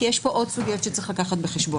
כי יש פה עוד סוגיות שצריך לקחת בחשבון.